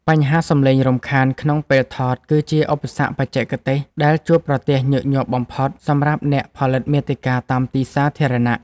បញ្ហាសម្លេងរំខានក្នុងពេលថត គឺជាឧបសគ្គបច្ចេកទេសដែលជួបប្រទះញឹកញាប់បំផុត សម្រាប់អ្នកផលិតមាតិកាតាមទីសាធារណៈ។